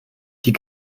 die